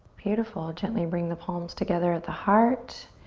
beautiful. gently bring the palms together at the heart.